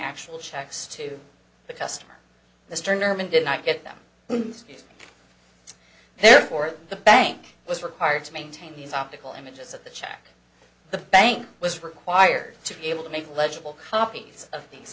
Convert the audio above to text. actual checks to the customer mr norman did not get them therefore the bank was required to maintain these optical images of the check the bank was required to be able to make legible copies of these